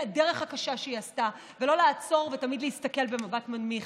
הדרך הקשה שהן עשו ולא לעצור ותמיד להסתכל במבט מנמיך.